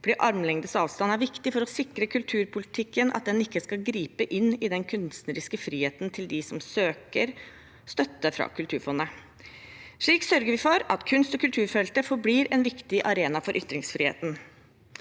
for armlengdes avstand er viktig for å sikre at kulturpolitikken ikke skal gripe inn i den kunstneriske friheten til dem som søker støtte fra Kulturfondet. Slik sørger vi for at kunst- og kulturfeltet forblir en viktig arena for ytringsfriheten.